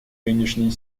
нынешней